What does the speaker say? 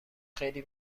خیلی